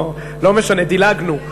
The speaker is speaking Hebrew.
לא משנה, דילגנו.